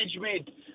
management